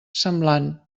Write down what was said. semblant